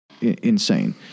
insane